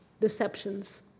deceptions